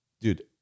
dude